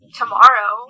tomorrow